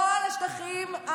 כל השטחים,